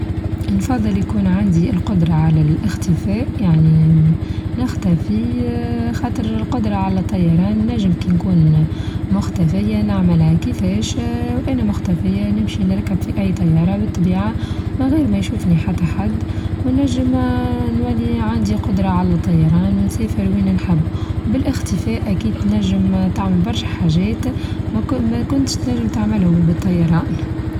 نفظل يكون عندي القدرة على الإختفاء يعني نختفي اا خاطر القدرة على الطيران نچم كي نكون مختفية نعملها كيفاش، اا وأنا مختفية نمشي نركب في أي طيارة بالطبيعة من غير ما يشوفني حتى حد وينچم اا نولي عندي قدرة على طيران ونسافر لوين نحب، وبالإختفاء أكيد تنچم تعمل برشا حاچات ما كنتش تنچم تعملها بالطيران.